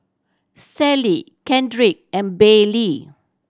Sallie Kendrick and Baylie